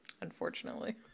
unfortunately